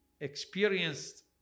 experienced